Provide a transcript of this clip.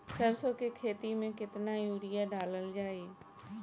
सरसों के खेती में केतना यूरिया डालल जाई?